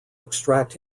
extract